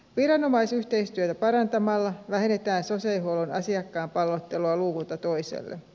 viranomaisyhteistyötä parantamalla vähennetään sosiaalihuollon asiakkaan pallottelua luukulta toiselle